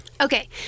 okay